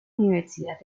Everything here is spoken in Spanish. universidad